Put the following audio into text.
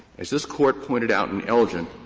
as this court pointed out in elgin,